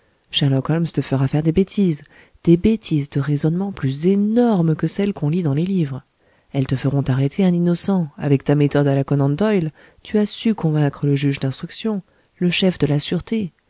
sherlock holmes te fera faire des bêtises des bêtises de raisonnement plus énormes que celles qu'on lit dans les livres elles te feront arrêter un innocent avec ta méthode à la conan doyle tu as su convaincre le juge d'instruction le chef de la sûreté